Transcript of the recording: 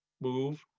move